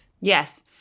Yes